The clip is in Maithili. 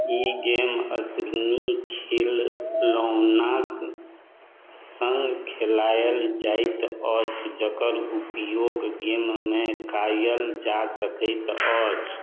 ई गेम असली खेलौनाक संग खेलायल जाइत अछि जकर उपयोग गेममे कायल जा सकैत अछि